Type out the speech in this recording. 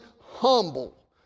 humble